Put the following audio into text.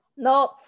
No